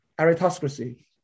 Aristocracy